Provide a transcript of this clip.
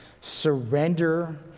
surrender